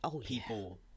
people